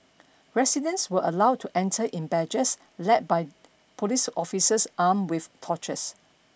residents were allowed to enter in badges led by police officers armed with torches